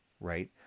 right